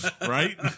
Right